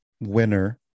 winner